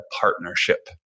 partnership